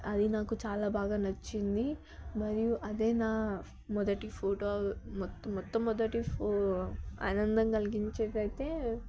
అది నాకు చాలా బాగా నచ్చింది మరియు అదే నా మొదటి ఫోటో మొట్ట మొట్ట మొదటి ఫో ఆనందం కలిగించేది అయితే